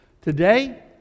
today